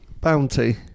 Bounty